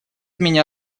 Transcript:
меня